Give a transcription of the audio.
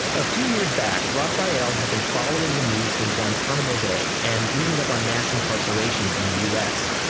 a few years back, raphael had been following the news from guantanamo bay and reading up on mass incarceration in the us.